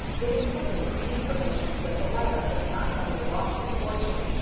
it included the information that the latter had not only lost his fortune,